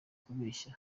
kubeshya